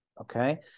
okay